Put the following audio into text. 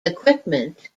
equipment